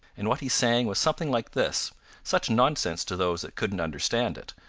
and what he sang was something like this such nonsense to those that couldn't understand it!